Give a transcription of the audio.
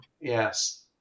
Yes